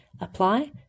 apply